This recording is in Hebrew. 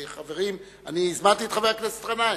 חברים, אני הזמנתי את חבר הכנסת גנאים,